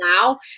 now